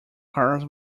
cars